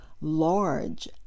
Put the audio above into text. large